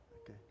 Okay